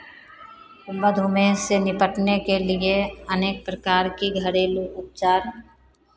मधुमेह से निपटने के लिए अनेक प्रकार के घरेलू उपचार